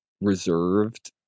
reserved